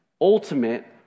ultimate